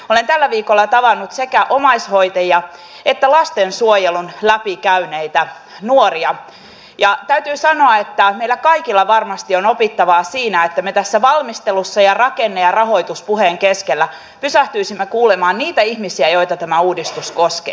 olen tällä viikolla tavannut sekä omaishoitajia että lastensuojelun läpikäyneitä nuoria ja täytyy sanoa että meillä kaikilla varmasti on opittavaa siinä että me tässä valmistelussa ja rakenne ja rahoituspuheen keskellä pysähtyisimme kuulemaan niitä ihmisiä joita tämä uudistus koskee